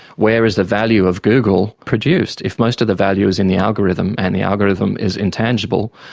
where is the value of google produced? if most of the value is in the algorithm and the algorithm is intangible,